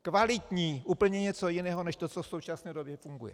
Kvalitní je úplně něco jiného, než co v současné době funguje.